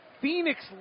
Phoenix